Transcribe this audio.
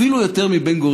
אפילו יותר מבן-גוריון,